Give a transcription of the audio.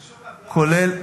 כולל,